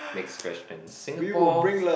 next question Singapore